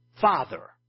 father